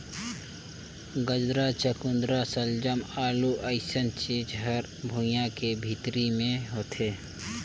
गाजरा, चकुंदर सलजम, आलू अइसन चीज हर भुइंयां के भीतरी मे होथे